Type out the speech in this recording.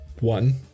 one